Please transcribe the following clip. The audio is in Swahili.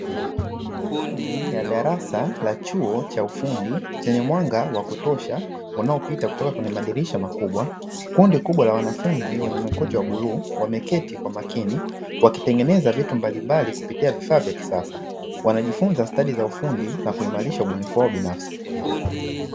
Ndani ya darasa la chuo cha ufundi; chenye mwanga wa kutosha unaopita kutoka kwenye madirisha makubwa, kundi kubwa la wanafunzi wenye makoti ya bluu wameketi kwa makini wakitenengeneza vitu mbalimbali kupitia vifaa vya kisasa. Wanajifunza stadi za ufundi na kuimarisha ubunifu wao binafsi.